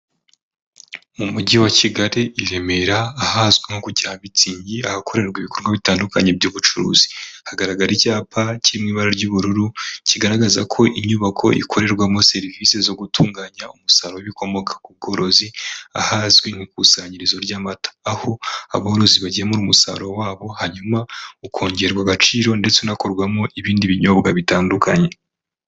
Mu mujyi wa Kigali i Remera ahazwi nko ku cya bitsingi ahakorerwa ibikorwa bitandukanye by'ubucuruzi, hagaragara icyapa kiri mu ibara ry'ubururu kigaragaza ko inyubako ikorerwamo serivisi zo gutunganya umusaruro w'ibikomoka ku bworozi, ahazwi nk'ikusanyirizo ry'amata. Aho aborozi bagemura umusaruro wa bo hanyuma ukongererwa agaciro ndetse unakorwamo ibindi binyobwa bitandukanye.